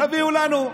תביאו לנו,